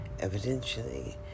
Evidentially